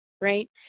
right